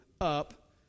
up